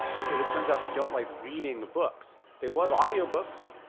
because it turns out they don't like reading books. they love audiobooks,